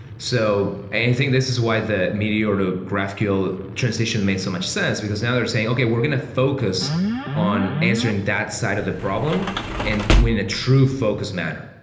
so think this is why the meteor to graphql transition made so much sense, because now they're saying, okay, we're going to focus on answering that side of the problem and win a true focus manner.